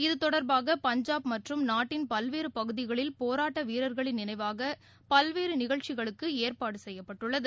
இத்தொடர்பாக பஞ்சாப் மற்றும் நாட்டின் பல்வேறு பகுதிகளில் போராட்ட வீரர்களின் நினைவாக பல்வேறு நிகழ்ச்சிகளுக்கு ஏற்பாடு செய்யப்பட்டுள்ளது